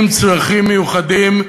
עם צרכים מיוחדים,